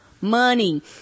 money